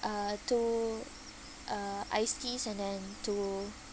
uh two uh ice teas and then two